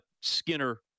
Skinner